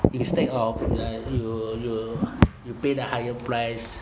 instead of uh you you pay the higher price